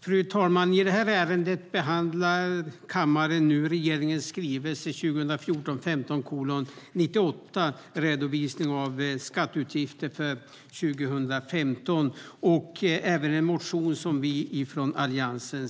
Fru talman! I det här ärendet behandlar kammaren regeringens skrivelse 2014/15:98 Redovisning av skatteutgifter 2015 och även en motion som vi från Alliansen